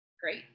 great